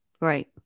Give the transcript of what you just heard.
right